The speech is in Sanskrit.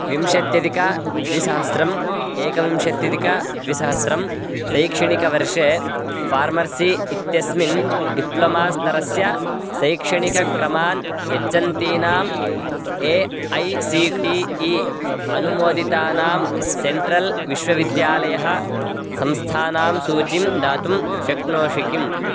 विंशत्यधिकद्विसहस्रम् एकविंशत्यधिकद्विसहस्रं शैक्षणिकवर्षे फ़ार्मर्सी इत्यस्मिन् डिप्लोमा स्तरस्य शैक्षणिकक्रमान् यच्छन्तीनां A I C T E अनुमोदितानां सेण्ट्रल् विश्वविद्यालयः संस्थानां सूचीं दातुं शक्नोषि किम्